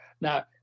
Now